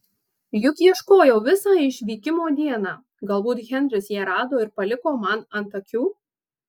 juk ieškojau visą išvykimo dieną galbūt henris ją rado ir paliko man ant akių